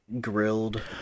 grilled